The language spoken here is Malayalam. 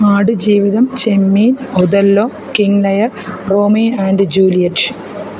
Aadu Jeevitham Chemmeen Othello King Lear Romeo and Juliet